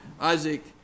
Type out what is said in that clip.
Isaac